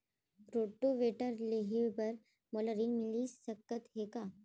Rotavator लेहे बर मोला ऋण मिलिस सकत हे का?